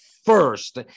first